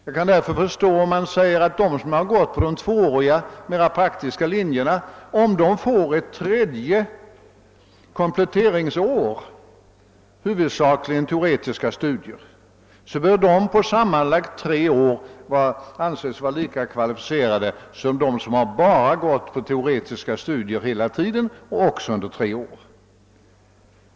Jag kan därför förstå, om någon säger att de som har gått på de tvååriga, mera praktiska linjerna, efter ett tredje kompletteringsår med huvudsakligen teoretiska studier bör anses vara lika kvalificerade som de som har bedrivit teoretiska studier hela tiden under tre år.